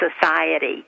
society